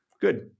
Good